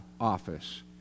office